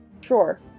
Sure